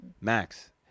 Max